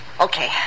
Okay